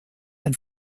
had